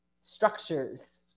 structures